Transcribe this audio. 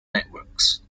networks